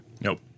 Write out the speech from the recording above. Nope